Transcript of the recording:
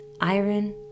iron